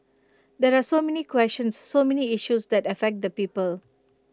there are so many questions so many issues that affect the people